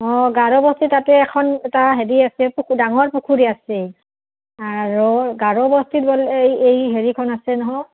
অঁ গাৰোবস্তি তাতে এখন এটা হেৰি আছে ডাঙৰ পুখুৰী আছেই আৰু গাৰোবস্তিত বোলে এই এই হেৰিখন আছে নহয়